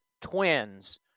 Twins –